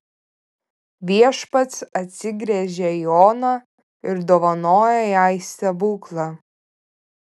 viešpats atsigręžia į oną ir dovanoja jai stebuklą